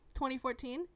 2014